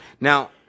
Now